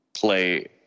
play